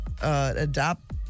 Adopt